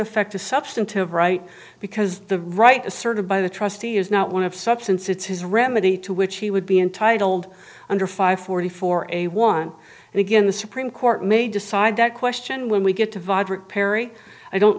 affect the substantive right because the right asserted by the trustee is not one of substance it's his remedy to which he would be entitled under five forty four a one and again the supreme court may decide that question when we get to vide rick perry i don't